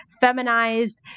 feminized